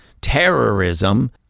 terrorism